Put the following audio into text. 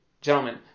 Gentlemen